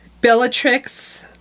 Bellatrix